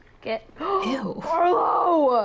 get arlow!